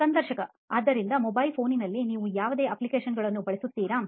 ಸಂದರ್ಶಕ ಆದ್ದರಿಂದ mobile phoneನಲ್ಲಿ ನೀವು ಯಾವುದೇ applicationಗಳನ್ನು ಬಳಸುತ್ತೀರಾ